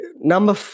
number